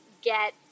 get